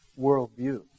worldview